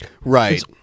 Right